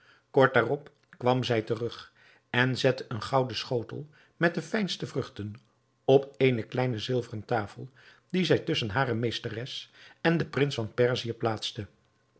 kort daarop kwam zij terug en zette een gouden schotel met de fijnste vruchten op eene kleine zilveren tafel die zij tusschen hare meesteres en den prins van perzië plaatste